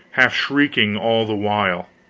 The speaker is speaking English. half shrieking all the while,